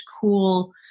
cool